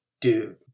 dude